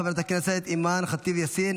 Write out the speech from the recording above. חברת הכנסת אימאן ח'טיב יאסין,